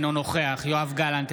אינו נוכח יואב גלנט,